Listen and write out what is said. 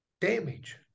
damage